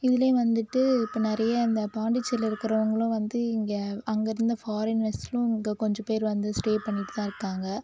இதுலயும் வந்துவிட்டு இப்போ நிறைய இந்த பாண்டிசேரியில இருக்கிறவங்களும் வந்து இங்கே அங்கருந்த ஃபாரினர்ஸும் இங்கே கொஞ்ச பேர் வந்து ஸ்டே பண்ணிட்டு தான் இருக்காங்க